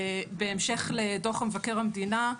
בהמשך לדוח מבקר המדינה,